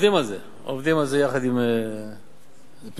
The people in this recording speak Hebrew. בעניין רפורמת המיסוי לעובדי שירות החוץ,